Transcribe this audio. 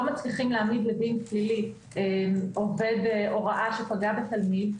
מצליחים להעמיד לדין פלילי עובד הוראה שפגע בתלמיד,